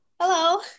Hello